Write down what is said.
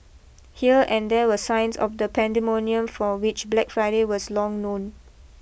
here and there were signs of the pandemonium for which Black Friday was long known